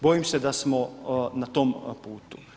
Bojim se da smo na tom putu.